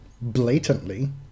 blatantly